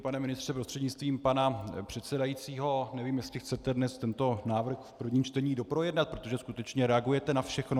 Pane ministře prostřednictvím pana předsedajícího, nevím, jestli chcete dnes tento návrh v prvním čtení doprojednat, protože skutečně reagujete na všechno.